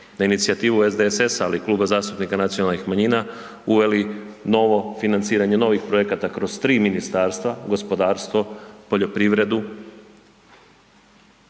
na inicijativu SDSS-a ali i Kluba zastupnika nacionalnih manjina, uveli ovo financiranje tih projekata kroz tri ministarstva, gospodarstvo, poljoprivredu